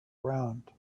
round